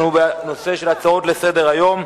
אנחנו בהצעות לסדר-היום.